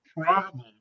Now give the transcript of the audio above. problem